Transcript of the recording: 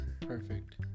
Perfect